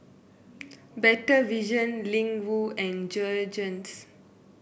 Better Vision Ling Wu and Jergens